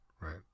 right